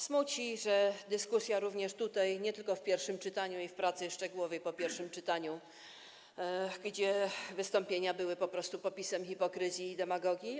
Smuci, że dyskusja również tutaj, nie tylko przy pierwszym czytaniu i przy pracy szczegółowej po pierwszym czytaniu, kiedy wystąpienia były po prostu popisem hipokryzji i demagogii.